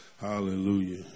Hallelujah